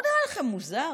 זה לא נראה לכם מוזר?